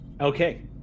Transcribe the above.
Okay